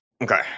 Okay